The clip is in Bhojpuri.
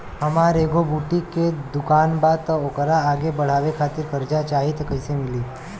हमार एगो बुटीक के दुकानबा त ओकरा आगे बढ़वे खातिर कर्जा चाहि त कइसे मिली?